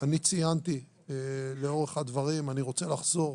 אני ציינתי לאורך הדברים ואני רוצה לחזור,